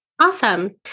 Awesome